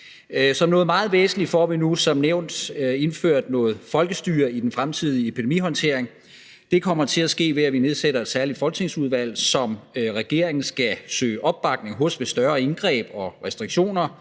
Som noget meget væsentligt får vi nu som nævnt indført noget folkestyre i den fremtidige epidemihåndtering. Det kommer til at ske ved, at vi nedsætter et særligt folketingsudvalg, som regeringen skal søge opbakning hos ved større indgreb og restriktioner.